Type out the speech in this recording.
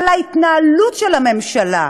על ההתנהלות של הממשלה,